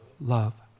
Love